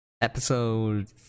Episode